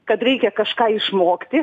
kad reikia kažką išmokti